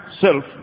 self